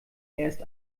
erst